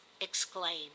exclaimed